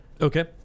Okay